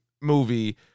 movie